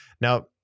now